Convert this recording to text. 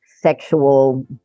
sexual